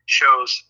shows